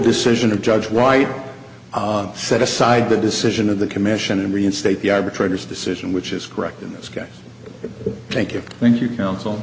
decision of judge white set aside the decision of the commission and reinstate the arbitrator's decision which is correct in this case thank you thank you counsel